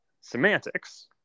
semantics